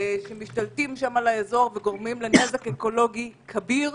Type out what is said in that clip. שמשתלטים שם על האזור וגורמים לנזק אקולוגי כביר,